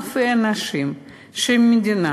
אם אלפי אנשים במדינה